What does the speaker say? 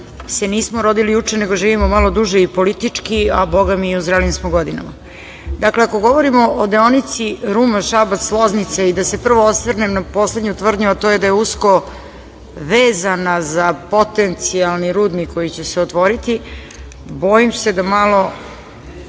se nismo rodili juče nego živimo malo duže i politički, a bogami i u zrelim smo godinama. Dakle, ako govorimo o deonici Ruma-Šabac-Loznica, i da se prvo osvrnem na poslednju tvrdnju, a to je da je usko vezana za potencijalni rudnik koji će se otvoriti, bojim se da malo